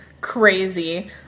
crazy